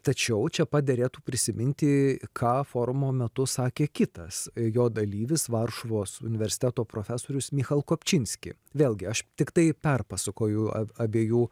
tačiau čia pat derėtų prisiminti ką forumo metu sakė kitas jo dalyvis varšuvos universiteto profesorius michal kopčinski vėlgi aš tiktai perpasakoju a abiejų